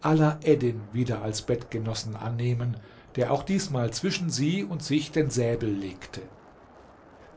alaeddin wieder als bettgenossen annehmen der auch diesmal zwischen sie und sich den säbel legte